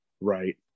right